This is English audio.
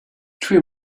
three